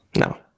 No